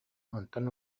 онтон